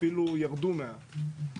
אפילו ירדו מעט.